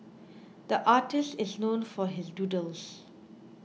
the artist is known for his doodles